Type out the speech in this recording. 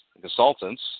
consultants